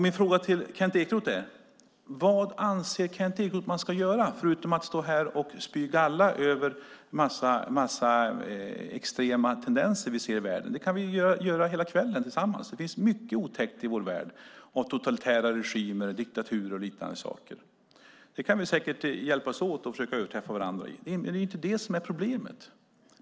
Min fråga till Kent Ekeroth är: Vad anser Kent Ekeroth att man ska göra, förutom att stå här och spy galla över en massa extrema tendenser vi ser i världen? Det kan vi göra hela kvällen tillsammans. Det finns mycket otäckt i vår värld av totalitära regimer, diktaturer och liknande saker. Det kan vi säkert hjälpas åt att försöka överträffa varandra i, men det är inte detta som är problemet.